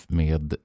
med